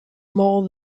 more